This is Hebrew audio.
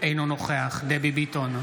אינו נוכח דבי ביטון,